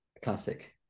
Classic